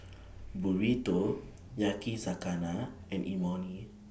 Burrito Yakizakana and Imoni